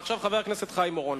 ועכשיו חבר הכנסת חיים אורון.